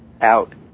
out